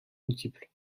multiples